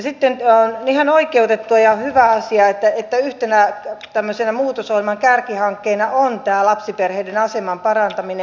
sitten on ihan oikeutettua ja hyvä asia että yhtenä tämmöisenä muutosohjelman kärkihankkeena on tämä lapsiperheiden aseman parantaminen